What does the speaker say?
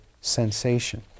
sensation